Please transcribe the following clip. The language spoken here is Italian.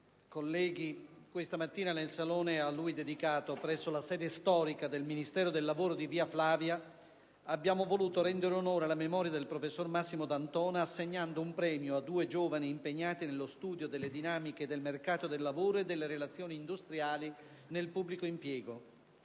colleghi, questa mattina, nel salone a lui dedicato presso la sede storica del Ministero del lavoro di via Flavia, abbiamo voluto rendere onore alla memoria del professor Massimo D'Antona, assegnando un premio a due giovani impegnati nello studio delle dinamiche del mercato del lavoro e delle relazioni industriali nel pubblico impiego.